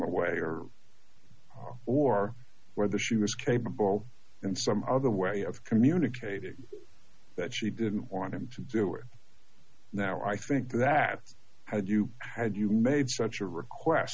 away or are or whether she was capable in some other way of communicating that she didn't want him to do it now i think that had you had you made such a request